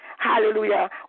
Hallelujah